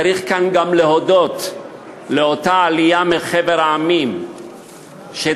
צריך כאן גם להודות לאותה עלייה מחבר המדינות שתרמה